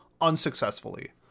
unsuccessfully